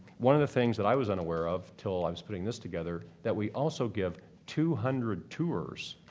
one of the things that i was unaware of until i was putting this together, that we also give two hundred tours,